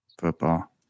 Football